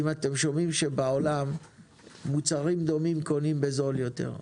אם אתם שומעים שבעולם מוצרים דומים קונים בזול יותר?